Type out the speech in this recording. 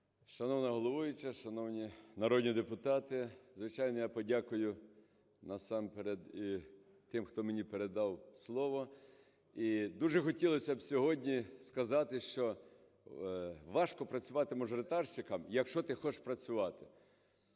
Шановна головуюча, шановні народні депутати! Звичайно я подякую насамперед і тим, хто мені передав слово. І дуже хотілося б сьогодні сказати, що важко працювати мажоритарщикам, якщо ти хочеш працювати.